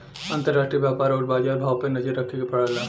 अंतराष्ट्रीय व्यापार आउर बाजार भाव पे नजर रखे के पड़ला